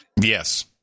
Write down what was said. Yes